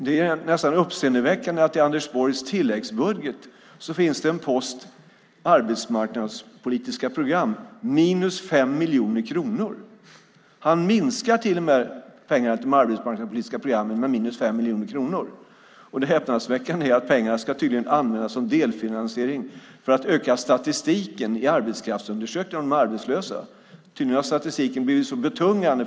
Det är nästan uppseendeväckande att det i Anders Borgs tilläggsbudget finns en post som heter Arbetsmarknadspolitiska program där det står minus 5 miljoner kronor. Han minskar till och med pengarna till de arbetsmarknadspolitiska programmen med 5 miljoner kronor. Det häpnadsväckande är att pengarna tydligen ska användas som delfinansiering för att öka statistiken i arbetskraftsundersökningar om de arbetslösa. Tydligen har statistiken blivit så betungande.